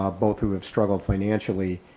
ah both who have struggled financially,